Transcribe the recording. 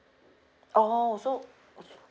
orh so